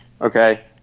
Okay